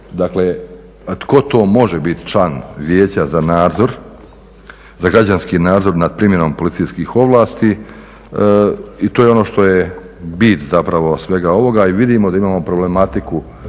dakle tko to može biti član Vijeća za nazor, za građanski nadzor nad primjenom policijskih ovlasti i to je ono što je bit zapravo svega ovoga i vidimo da imamo problematiku evo